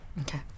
Okay